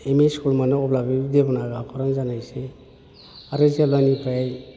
M E school मोनो अब्ला बे देब'नागिरि आखरानो जानायसै आरो जेब्लानिफ्राय